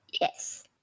Yes